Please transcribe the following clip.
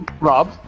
Rob